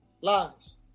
Lies